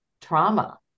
trauma